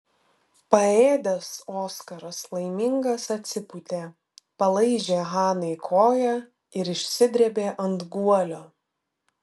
paėdęs oskaras laimingas atsipūtė palaižė hanai koją ir išsidrėbė ant guolio